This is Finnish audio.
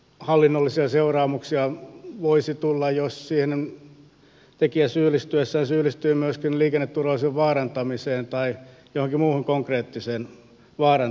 hallinnollisia seuraamuksia voisi tulla jos siihen syyllistyessään tekijä syyllistyy myöskin liikenneturvallisuuden vaarantamiseen tai johonkin muuhun konkreettiseen vaarantamiseen